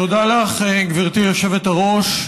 תודה לך, גברתי היושבת-ראש.